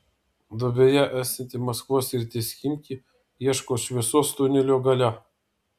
duobėje esanti maskvos srities chimki ieško šviesos tunelio gale